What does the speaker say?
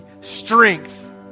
strength